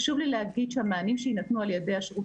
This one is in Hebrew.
חשוב לי לומר שהמענים שיינתנו על ידי השירות